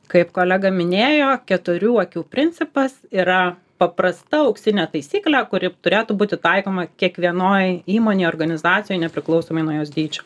kaip kolega minėjo keturių akių principas yra paprasta auksinė taisyklė kuri turėtų būti taikoma kiekvienoj įmonėj organizacijoj nepriklausomai nuo jos dydžio